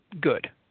good